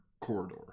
corridor